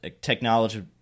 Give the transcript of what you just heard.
technology